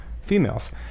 females